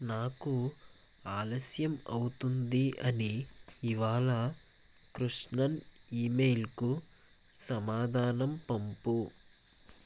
నాకు ఆలస్యం అవుతుంది అని ఇవాళ కృష్ణన్ ఈమెయిల్కు సమాధానం పంపు